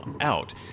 out